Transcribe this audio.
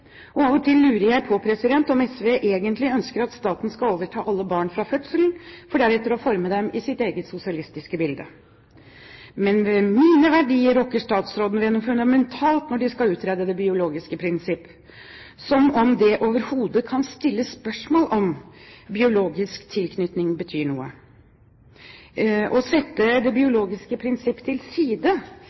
og av og til lurer jeg på om SV egentlig ønsker at staten skal overta alle barn fra fødselen for deretter å forme dem i sitt eget sosialistiske bilde. Men statsråden rokker ved noe fundamentalt i mine verdier når han skal utrede det biologiske prinsipp – som om det overhodet kan stilles spørsmål ved om biologisk tilknytning betyr noe. Å sette det biologiske prinsipp til side,